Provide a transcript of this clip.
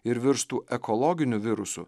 ir virstų ekologiniu virusu